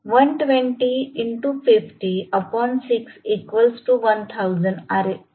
हे असणार आहे